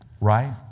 Right